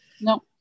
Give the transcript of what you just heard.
No